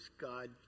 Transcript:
God